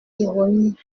ironie